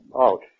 out